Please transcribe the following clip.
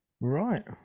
Right